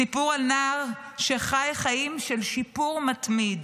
סיפור על נער שחי חיים של שיפור מתמיד,